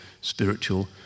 spiritual